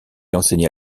enseigna